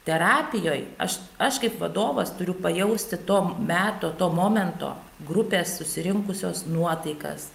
terapijoj aš aš kaip vadovas turiu pajausti to meto to momento grupės susirinkusios nuotaikas